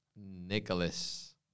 Nicholas